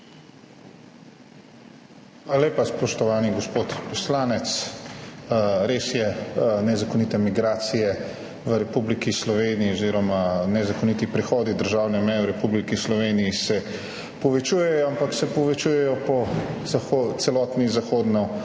lepa. Spoštovani gospod poslanec, res je, nezakonite migracije v Republiki Sloveniji oziroma nezakoniti prehodi državne meje v Republiki Sloveniji se povečujejo, ampak se povečujejo po celotni zahodnobalkanski